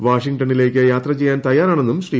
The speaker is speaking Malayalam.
വാഷിംഗ്ടണിലേയ്ക്ക് യാത്ര ചെയ്യാൻ തയ്യാറാണെന്നും ശ്രീ